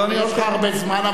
ויש לך הרבה זמן,